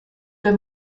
der